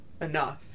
enough